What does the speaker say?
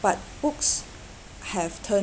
but books have turned